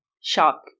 Shock